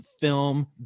film